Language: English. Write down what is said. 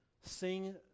sing